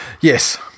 Yes